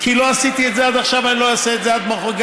כי לא עשיתי את זה עד עכשיו ואני לא אעשה את זה גם עכשיו.